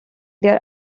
their